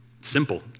Simple